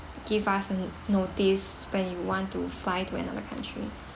give us n~ notice when you want to fly to another country